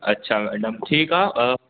अच्छा मैडम ठीक आ अ